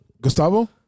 Gustavo